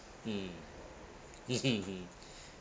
mm mmhmm hmm